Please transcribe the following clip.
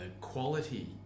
quality